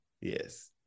Yes